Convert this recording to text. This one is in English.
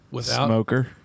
smoker